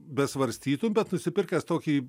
besvarstytum bet nusipirkęs tokį